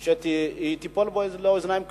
היא תיפול על אוזניים קשובות,